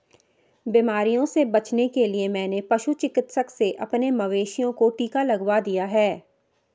बीमारियों से बचने के लिए मैंने पशु चिकित्सक से अपने मवेशियों को टिका लगवा दिया है